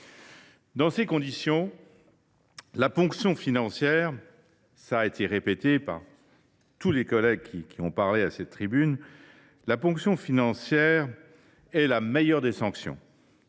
Dans ces conditions, la ponction financière est la meilleure des sanctions